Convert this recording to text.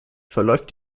verläuft